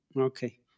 Okay